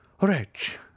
wretch